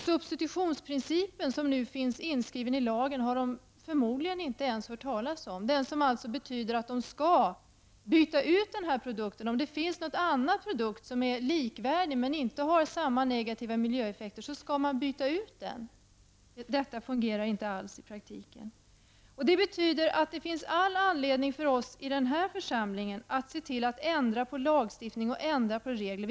Substitutionsprincipen, som nu finns inskriven i lagen, har de förmodligen inte ens hört talas om. Den innebär att man skall byta ut produkten, om det finns någon annan som är likvärdig men inte har samma negativa miljöeffekter. Detta fungerar inte alls i praktiken. Det betyder att det finns all anledning för oss i denna församling att ändra på lagstiftning och regler.